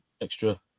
extra